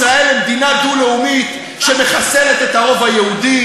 מובילים את ישראל למדינה דו-לאומית שמחסלת את הרוב היהודי,